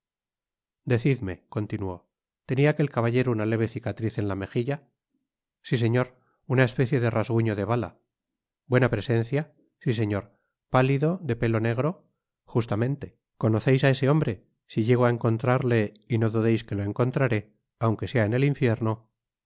decidme continuó tenia aquél caballero una leve cicatriz en la mejilla si señor una especie de rasguño de bala buena presencia si señor pálido de pelo negro content from google book search generated at justamente conoceis á ese hombre si llego á encontrarle y no dudeis que lo encontraré aun que sea en el infierno